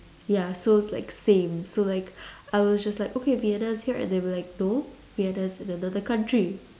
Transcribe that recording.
ya so like same so like I was just like okay Vienna is here and they were like no Vienna is in another country